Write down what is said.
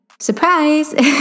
Surprise